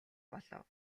болов